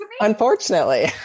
unfortunately